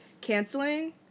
canceling